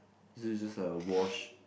this is just a watch